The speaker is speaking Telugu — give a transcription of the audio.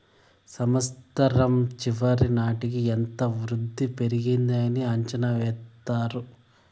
సంవచ్చరం చివరి నాటికి ఎంత వృద్ధి పెరిగింది అని అంచనా ఎత్తారు